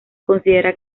considera